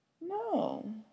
No